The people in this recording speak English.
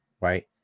Right